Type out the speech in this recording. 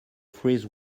freeze